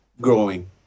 growing